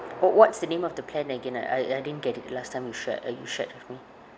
wha~ what's the name of the plan again I I I didn't get it the last time you shared uh you shared with me